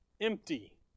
empty